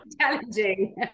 Challenging